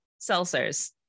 seltzers